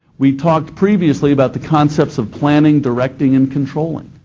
we talked previously about the concepts of planning, directing, and controlling,